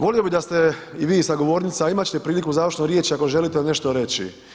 Volio bi da ste i vi sa govornica, a imat ćete priliku za završnu riječ ako želite nešto reći.